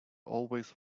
always